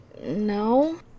No